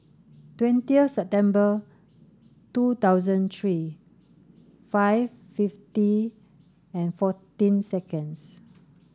twenty of September two thousand three five fifty and fourteen seconds